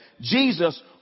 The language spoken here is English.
Jesus